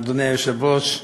אדוני היושב-ראש,